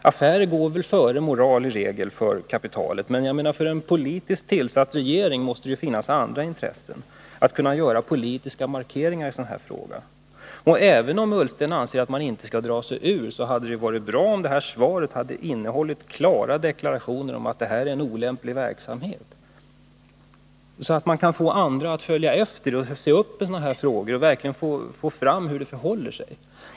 Affärer går väl i regel före moral för kapitalet, men för en politiskt tillsatt regering måste det finnas ett annat intresse för att göra politiska markeringar i en sådan här fråga. Även om Ola Ullsten anser att man inte skall dra sig ur verksamheten, så hade det varit bra om detta svar hade innehållit klara deklarationer om att det rör sig om en olämplig verksamhet, så att man kunde få andra att följa efter och se upp med sådana här frågor och verkligen få fram hur det förhåller sig.